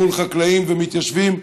מול חקלאים ומתיישבים,